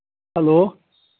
hello